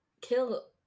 kill